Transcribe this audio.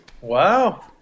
Wow